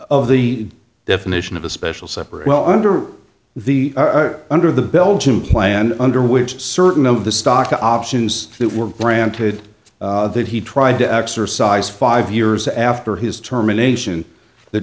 of the definition of a special separate well under the under the belgium plan under which certain of the stock options that were granted that he tried to exercise five years after his term in asian the